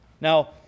Now